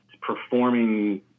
performing